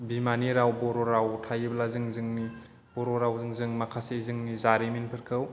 बिमानि राव बर' राव थायोब्ला जों जोंनि बर' रावजों जों माखासे जोंनि जारिमिनफोरखौ